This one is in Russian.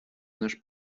наш